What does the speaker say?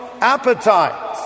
appetite